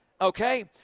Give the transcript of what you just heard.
okay